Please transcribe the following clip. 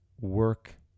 work